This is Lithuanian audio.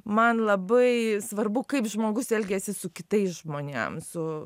man labai svarbu kaip žmogus elgiasi su kitais žmonėm su